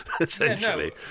essentially